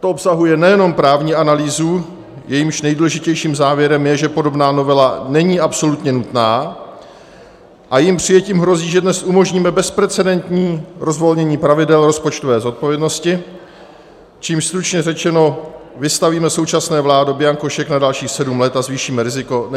To obsahuje nejenom právní analýzu, jejímž nejdůležitějším závěrem je, že podobná novela není absolutně nutná a jejím přijetím hrozí, že dnes umožníme bezprecedentní rozvolnění pravidel rozpočtové zodpovědnosti, čímž, stručně řečeno, vystavíme současné vládě bianko šek na dalších sedm let a zvýšíme riziko nesmírného zadlužení státu.